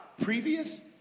Previous